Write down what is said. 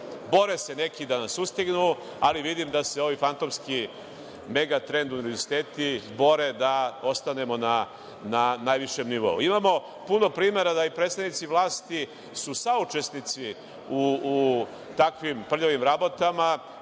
Bore se neki da nas sustignu, ali vidim da se ovi fantomski „Megatrend“ univerziteti bore da ostanemo na najvišem nivou. Imamo puno primera da su i predstavnici vlasti saučesnici u takvim prljavim rabotama,